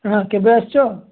ହଁ କେବେ ଆସୁଛ